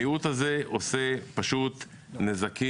המיעוט הזה עושה נזקים,